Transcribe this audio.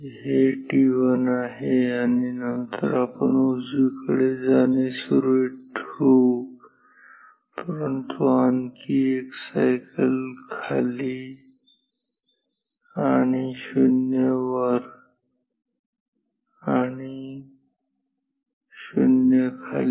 हे t1 आहे आणि नंतर आपण उजवीकडे जाणे सुरू ठेवू परंतु आणखी 1 सायकल खाली आणि 0 वर आणि 0 खाली